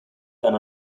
than